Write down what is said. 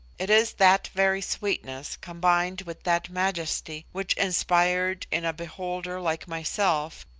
it is that very sweetness, combined with that majesty, which inspired in a beholder like myself,